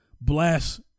blast